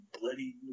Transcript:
bloody